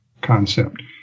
concept